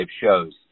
shows